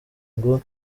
ngo